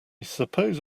suppose